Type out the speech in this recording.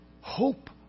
Hope